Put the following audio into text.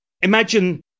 imagine